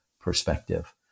perspective